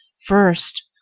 First